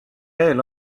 eel